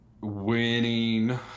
winning